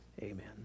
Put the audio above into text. amen